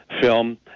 film